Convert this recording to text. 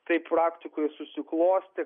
taip praktikoje susiklostė